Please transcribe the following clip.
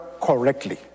correctly